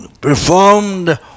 performed